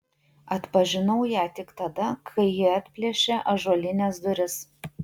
atpažinau ją tik tada kai ji atplėšė ąžuolines duris